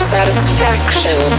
Satisfaction